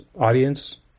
audience